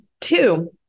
Two